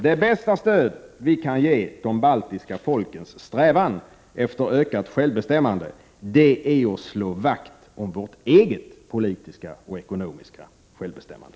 Det bästa stöd vi kan ge de baltiska folkens strävan efter ökat självbestämmande är att slå vakt om vårt eget politiska och ekonomiska självbestämmande.